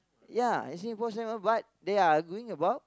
ya it say Paul-Simon but they are going about